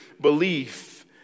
belief